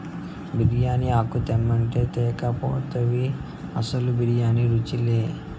బిర్యానీ ఆకు తెమ్మంటే తేక పోతివి అసలు బిర్యానీ రుచిలే